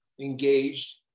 engaged